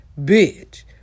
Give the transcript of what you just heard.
bitch